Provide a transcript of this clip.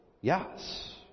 Yes